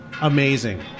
Amazing